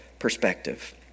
perspective